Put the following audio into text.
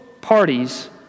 parties